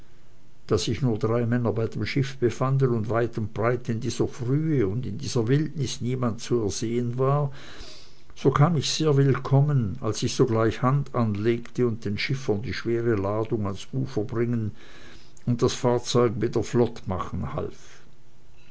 da sich nur drei männer bei dem schiffe befanden und weit und breit in dieser frühe und in dieser wildnis niemand zu ersehen war so kam ich sehr willkommen als ich sogleich hand anlegte und den schiffern die schwere ladung ans ufer bringen und das fahrzeug wieder flott machen half